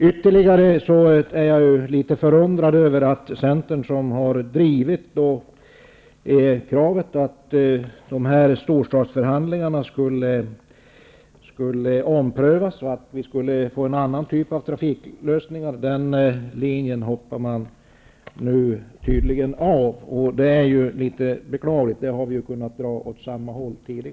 Vidare är jag något förundrad över att Centern, som har drivit kravet att storstadsförhandlingarna skulle omprövas och att det skulle bli en annan typ av trafiklösning, tydligen har övergett den linjen. Det är litet beklagligt, eftersom Vänsterpartiet och Centern tidigare har kunnat arbeta i samma riktning.